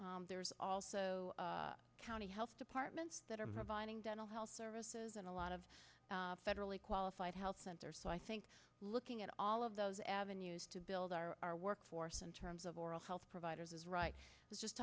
there's also a county health departments that are providing dental health services and a lot of federally qualified health centers so i think looking at all of those avenues to build our workforce in terms of oral health providers is right